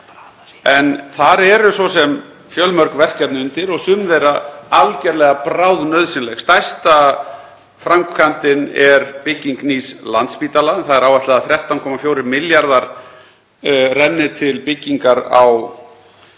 En þar eru svo sem fjölmörg verkefni undir og sum þeirra algjörlega bráðnauðsynleg. Stærsta framkvæmdin er bygging nýs Landspítala en það er áætlað að 13,4 milljarðar renni til byggingarinnar.